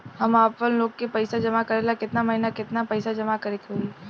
हम आपनलोन के पइसा जमा करेला केतना महीना केतना पइसा जमा करे के होई?